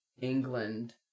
England